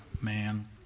man